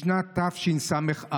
משנת תשס"א.